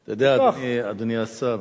אתה יודע, אדוני השר,